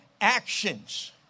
actions